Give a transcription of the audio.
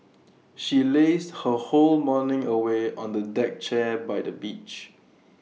she lazed her whole morning away on A deck chair by the beach